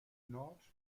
nord